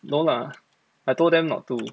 no lah I told them not to